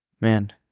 man